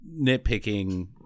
nitpicking